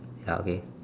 ya okay